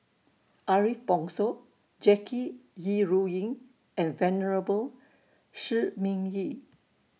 Ariff Bongso Jackie Yi Ru Ying and Venerable Shi Ming Yi